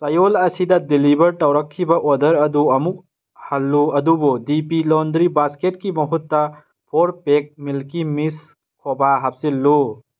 ꯆꯌꯣꯜ ꯑꯁꯤꯗ ꯗꯦꯂꯤꯕꯔ ꯇꯧꯔꯛꯈꯤꯕ ꯑꯣꯗꯔ ꯑꯗꯨ ꯑꯃꯨꯛ ꯍꯜꯂꯨ ꯑꯗꯨꯕꯨ ꯗꯤ ꯄꯤ ꯂꯣꯟꯗꯔꯤ ꯕꯥꯁꯀꯦꯠꯀꯤ ꯃꯍꯨꯠꯇ ꯐꯣꯔ ꯄꯦꯛ ꯃꯤꯜꯀꯤ ꯃꯤꯁ ꯈꯣꯕꯥ ꯍꯥꯞꯆꯤꯜꯂꯨ